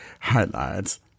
highlights